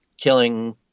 killing